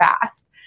fast